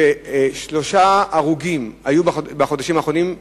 ששלושה הרוגים היו בחודשים האחרונים,